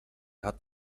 hat